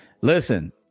Listen